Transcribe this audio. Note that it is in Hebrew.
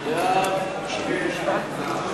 להעביר את הצעת חוק הכנסת (תיקון,